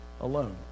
alone